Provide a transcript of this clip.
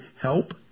help